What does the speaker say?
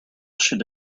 should